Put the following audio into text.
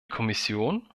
kommission